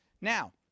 Now